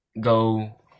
go